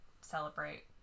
celebrate